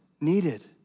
needed